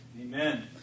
Amen